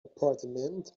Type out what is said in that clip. appartement